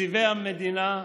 תקציבי המדינה,